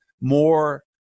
more